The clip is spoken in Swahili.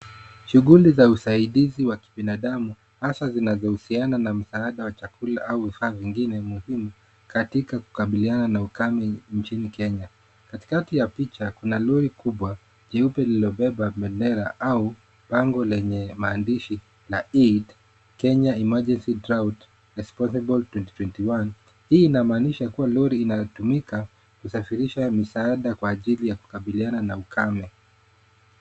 Shughuli za usaidizi wa kibinadamu hasa zinazohusiana na msaada wa chakula au vifaa vingine muhimu katika kukabiliana na ukame nchini Kenya. Katikati ya picha kuna Lori kubwa jeupe lililobeba bendera au bango lenye maandishi Naid Kenya Emergency Drought Responsible 2021. Hii inamaanisha kuwa Lori inatumika kusafirisha misaada kwa ajili ya kukabiliana na ukame.